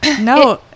No